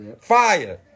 fire